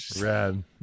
Rad